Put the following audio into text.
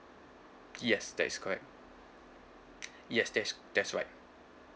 yes that is correct yes that is that's right